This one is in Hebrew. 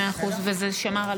האמת, אני מתחילה בזה שאני מנמקת את